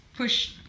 push